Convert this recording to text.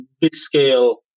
big-scale